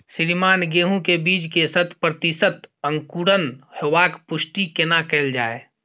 श्रीमान गेहूं के बीज के शत प्रतिसत अंकुरण होबाक पुष्टि केना कैल जाय?